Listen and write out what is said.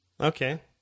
Okay